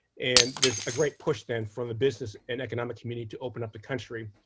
and there's a great push then from the business and economic community to open up the country.